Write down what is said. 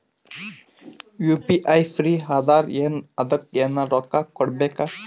UPI free ಅದಾರಾ ಏನ ಅದಕ್ಕ ಎನೆರ ರೊಕ್ಕ ಕೊಡಬೇಕ?